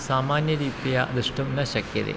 सामान्यरीत्या द्रष्टुं न शक्यते